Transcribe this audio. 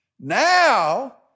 now